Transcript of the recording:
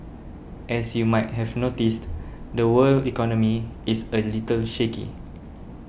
as you might have noticed the world economy is a little shaky